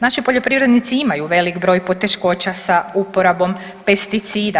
Naši poljoprivrednici imaju veliki broj poteškoća sa uporabom pesticida.